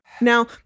Now